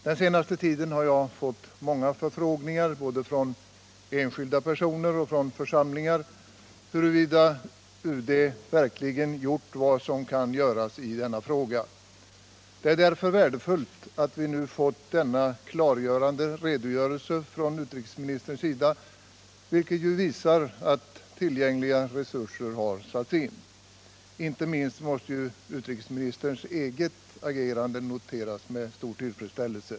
Den senaste tiden har jag fått många förfrågningar både från enskilda personer och från församlingar huruvida UD verkligen gjort vad som kan göras i denna sak. Det är därför värdefullt att vi nu fått denna klargörande redogörelse från utrikesministerns sida, vilken ju visar att tillgängliga resurser satts in. Inte minst måste utrikesministerns eget agerande noteras med stor tillfredsställelse.